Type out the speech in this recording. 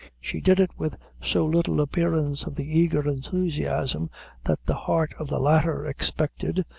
she did it with so little appearance of the eager enthusiasm that the heart of the latter expected,